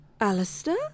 Alistair